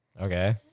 Okay